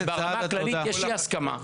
כי ברמה הכללית יש אי-הסכמה.